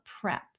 prep